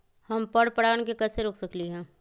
हम पर परागण के कैसे रोक सकली ह?